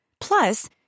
plus